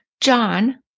John